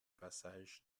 passage